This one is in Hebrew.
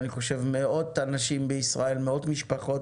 אני חושב שמאות אנשים בישראל, מאות משפחות,